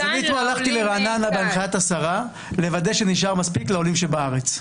אתמול הלכתי לרעננה בהנחיית השרה כדי לוודא שנשאר מספיק לעולים בארץ.